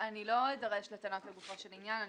אדרש לטענות לגופו של עניין.